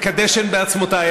כדשן בעצמותיי.